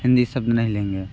हिंदी शब्द नहीं लेंगे